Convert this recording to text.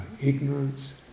Ignorance